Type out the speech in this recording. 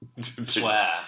swear